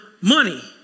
money